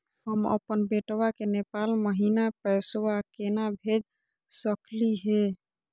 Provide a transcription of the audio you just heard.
हम अपन बेटवा के नेपाल महिना पैसवा केना भेज सकली हे?